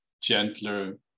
gentler